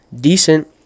decent